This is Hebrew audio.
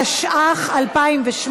התשע"ח 2018,